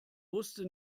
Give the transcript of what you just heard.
wusste